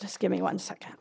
just give me one second